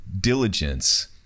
diligence